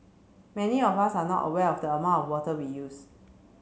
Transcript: many of us are not aware of the amount of water we use